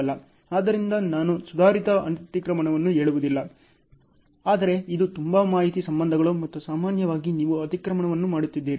ಆದ್ದರಿಂದ ನಾನು ಸುಧಾರಿತ ಅತಿಕ್ರಮಣವನ್ನು ಹೇಳುವುದಿಲ್ಲ ಆದರೆ ಇದು ತುಂಬಾ ಮಾಹಿತಿ ಸಂಬಂಧಗಳು ಮತ್ತು ಸಾಮಾನ್ಯವಾಗಿ ನೀವು ಅತಿಕ್ರಮಣವನ್ನು ಮಾಡುತ್ತಿದ್ದೀರಿ